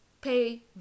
pay